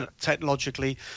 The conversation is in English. technologically